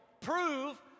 Prove